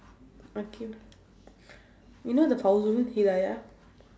akhil you know the hidayah